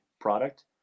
product